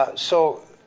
ah so,